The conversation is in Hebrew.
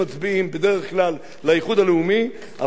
הלאומי אבל בגלל הקשר הטוב שיש לכם עם